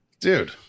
dude